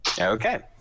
Okay